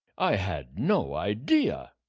i had no idea,